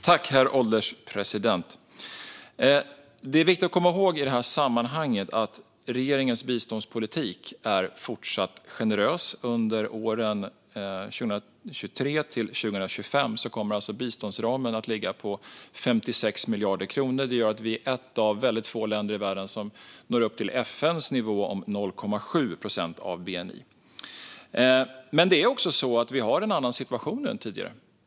Herr ålderspresident! I detta sammanhang är det viktigt att komma ihåg att regeringens biståndspolitik är fortsatt generös. Under åren 2023 till 2025 kommer biståndsramen att ligga på 56 miljarder kronor. Det gör att vi är ett av väldigt få länder i världen som når upp till FN:s nivå på 0,7 procent av bni. Men det är också så att vi har en annan situation nu än tidigare.